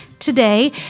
Today